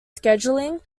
scheduling